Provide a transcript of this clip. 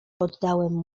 poddałem